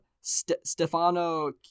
stefano